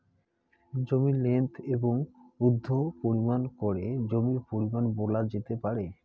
জমির লেন্থ এবং উইড্থ পরিমাপ করে জমির পরিমান বলা যেতে পারে